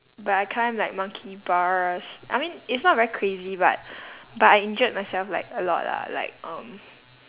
but I climbed like monkey bars I mean it's not very crazy but but I injured myself like a lot lah like um